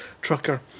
trucker